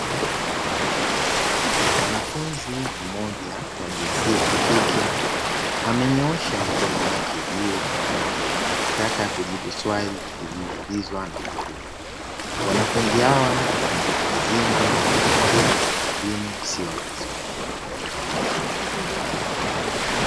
Mwanafunzi mmoja wa jinsia ya kike ameinua mkono wake juu akitaka kujibu swali lililoulizwa na mwalimu. Wanafunzi hawa ni watu wazima na wanapokea elimu isiyo rasmi.